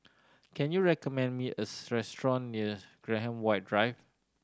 can you recommend me a restaurant near Graham White Drive